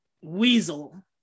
Weasel